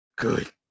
Good